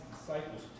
disciples